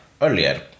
earlier